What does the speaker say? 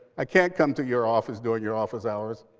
i can't come to your office doing your office hours.